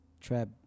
trap